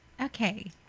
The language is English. Okay